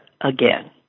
again